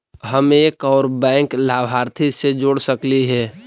हम एक और बैंक लाभार्थी के जोड़ सकली हे?